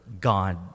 God